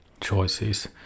choices